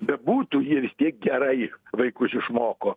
bebūtų jie vis tiek gerai vaikus išmoko